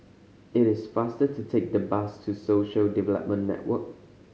it is faster to take the bus to Social Development Network